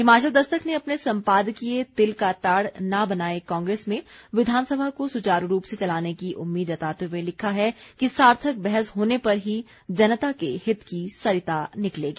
हिमाचल दस्तक अपने सम्पादकीय तिल का ताड़ न बनाए कांग्रेस में विधानसभा को सुचारू रूप से चलाने की उम्मीद जताते हुए लिखा है कि सार्थक बहस होने पर ही जनता के हित की सरिता निकलेगी